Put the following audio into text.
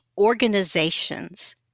organizations